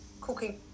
cooking